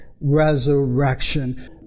resurrection